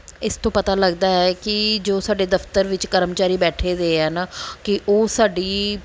ਇਸ ਤੋਂ ਪਤਾ ਲੱਗਦਾ ਹੈ ਕਿ ਜੋ ਸਾਡੇ ਦਫ਼ਤਰ ਵਿੱਚ ਕਰਮਚਾਰੀ ਬੈਠੇ ਵੇ ਹੈ ਨਾ ਕਿ ਉਹ ਸਾਡੀ